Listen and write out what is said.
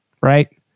right